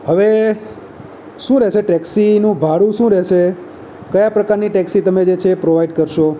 હવે શું રહેશે ટેક્સીનું ભાડું શું રહેશે કયા પ્રકારની ટેક્સી તમે જે છે એ પ્રોવાઈડ કરશો